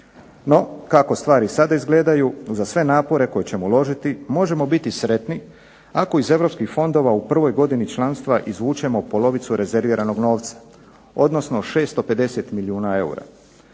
NO, kako stvari sada izgledaju za sve napore koje ćemo uložiti možemo biti sretni ako iz Europskih fondova u prvoj godini članstva izvučemo polovicu rezerviranog novca odnosno 650 milijuna eura.